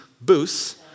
booths